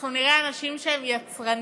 אנחנו נראה אנשים שהם יצרנים,